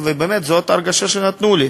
ובאמת זאת ההרגשה שנתנו לי.